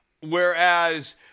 Whereas